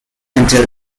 until